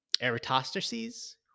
Eratosthenes